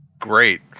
Great